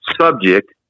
subject